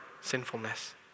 sinfulness